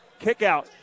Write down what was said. Kickout